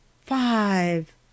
five